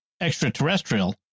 extraterrestrial